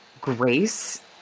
grace